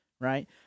right